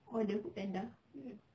order foodpanda